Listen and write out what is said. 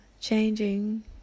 changing